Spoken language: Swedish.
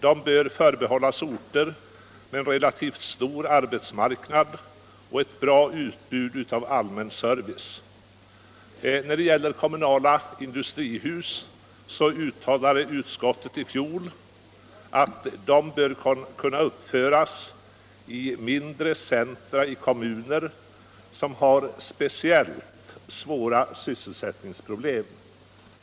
De bör förbehållas orter med relativt stor arbetsmarknad och bra utbud av allmän service. När det gäller kommunala industrihus uttalade utskottet i fjol att de bör kunna uppföras i mindre centra i kommuner som har speciellt svåra sysselsättningsproblem.